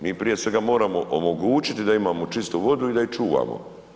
Mi prije svega moramo omogućiti da imamo čistu vodu i da ju čuvamo.